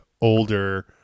older